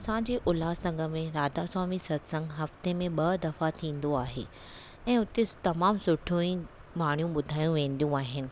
असांजे उल्हासनगर में राधास्वामी सतसंगु हफ़्ते में ॿ दफ़ा थींदो आहे ऐं उते तमामु सुठियूं ई वाणियूं ॿुधायूं वेंदियूं आहिनि